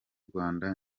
rwanda